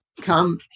come